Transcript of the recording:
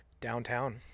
downtown